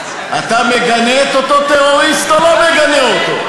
אתה מגנה את אותו טרוריסט או לא מגנה אותו?